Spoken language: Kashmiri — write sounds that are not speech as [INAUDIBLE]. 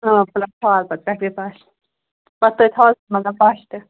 [UNINTELLIGIBLE] پٮ۪ٹھٕ گٔے پش پَتہٕ تٔتھۍ ہالس منٛز پَش تہِ